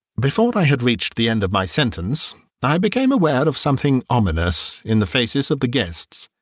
before i had reached the end of my sentence i became aware of something ominous in the faces of the guests.